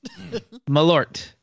Malort